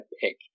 pick